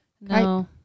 No